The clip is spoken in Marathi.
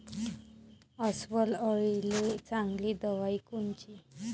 अस्वल अळीले चांगली दवाई कोनची?